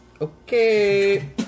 Okay